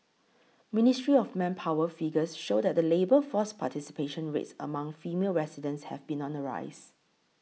ministry of Manpower figures show that the labour force participation rates among female residents have been on the rise